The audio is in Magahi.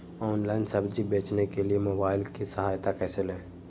ऑनलाइन सब्जी बेचने के लिए मोबाईल की सहायता कैसे ले?